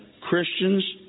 Christians